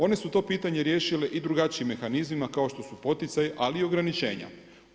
One su to pitanje riješile i drugačijim mehanizmima, kao što je poticaji, ali i ograničenja.